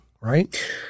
right